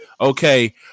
Okay